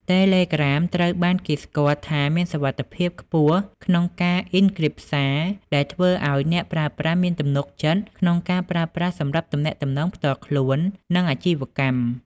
តេឡេក្រាមត្រូវបានគេស្គាល់ថាមានសុវត្ថិភាពខ្ពស់ក្នុងការអុិនគ្រីបសារ ដែលធ្វើឱ្យអ្នកប្រើប្រាស់មានទំនុកចិត្តក្នុងការប្រើប្រាស់សម្រាប់ទំនាក់ទំនងផ្ទាល់ខ្លួន និងអាជីវកម្ម។